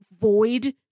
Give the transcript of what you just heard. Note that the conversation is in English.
void